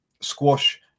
squash